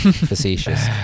facetious